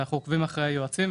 אנחנו עוקבים אחרי היועצים,